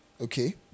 okay